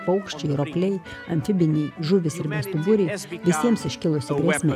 paukščiai ropliai amfibiniai žuvys ir bestuburiai visiems iškilusi grėsmė